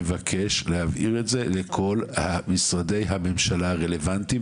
״אבקש להעביר את המידע לכל משרדי הממשלה הרלוונטיים״,